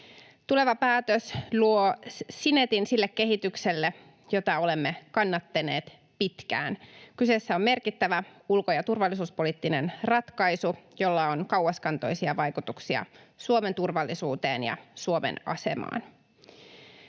Tuleva päätös luo sinetin sille kehitykselle, jota olemme kannattaneet pitkään. Kyseessä on merkittävä ulko- ja turvallisuuspoliittinen ratkaisu, jolla on kauaskantoisia vaikutuksia Suomen turvallisuuteen ja Suomen asemaan.